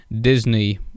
Disney